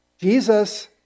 Jesus